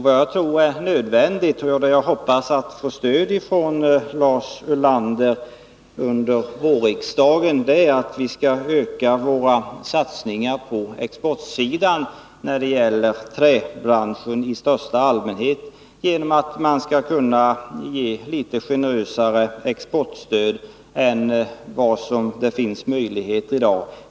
Vad jag tror är nödvändigt, och jag hoppas få stöd härför av Lars Ulander under vårriksdagen, är att vi skall öka våra satsningar på exportsidan när det gäller träbranschen i största allmänhet. Vi skall ge litet generösare exportstöd än vad det finns möjligheter till i dag.